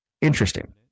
interesting